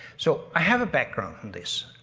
so i have a background in this.